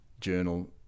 journal